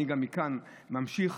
אני גם מכאן ממשיך